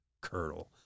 curdle